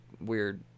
weird